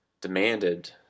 demanded